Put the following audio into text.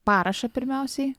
parašą pirmiausiai